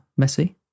Messi